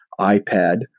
iPad